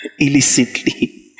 illicitly